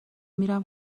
میرم